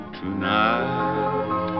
tonight